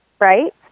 right